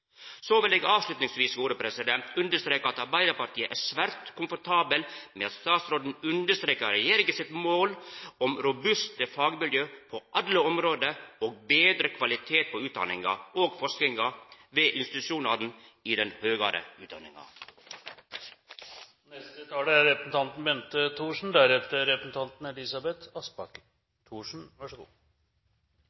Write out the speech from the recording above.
Så vil eg til slutt understreka at Arbeidarpartiet er svært komfortabel med at statsråden understrekar regjeringa sitt mål om robuste fagmiljø på alle område og betre kvalitet på utdanninga og forskinga ved institusjonane i den høgare